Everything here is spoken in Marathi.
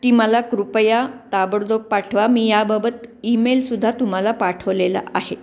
ती मला कृपया ताबडतोब पाठवा मी याबाबत ईमेलसुद्धा तुम्हाला पाठवलेला आहे